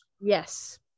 yes